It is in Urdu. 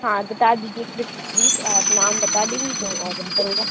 ہاں بتا دیجیے پلیز آپ نام بتا دیں گی تو اور بہتر ہوگا